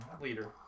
leader